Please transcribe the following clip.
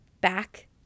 back